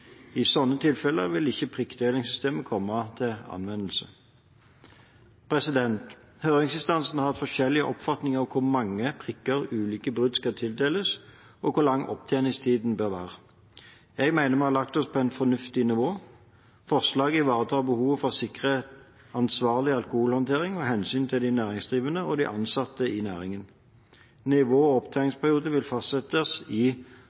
I slike tilfeller vil ikke prikktildelingssystemet komme til anvendelse. Høringsinstansene har hatt forskjellige oppfatninger av hvor mange prikker ulike brudd skal tildeles, og hvor lang opptjeningstiden bør være. Jeg mener vi har lagt oss på et fornuftig nivå. Forslaget ivaretar behovet for å sikre en ansvarlig alkoholhåndtering og hensynet til de næringsdrivende og de ansatte i næringen. Nivå og opptjeningsperiode vil fastsettes i